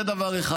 זה דבר אחד.